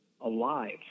alive